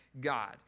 God